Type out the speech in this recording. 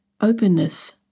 openness